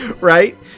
Right